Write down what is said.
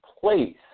place